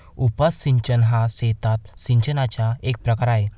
उपसा सिंचन हा शेतात सिंचनाचा एक प्रकार आहे